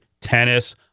tennis